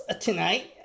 tonight